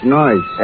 noise